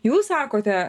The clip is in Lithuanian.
jūs sakote